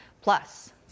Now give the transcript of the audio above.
plus